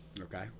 Okay